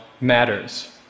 matters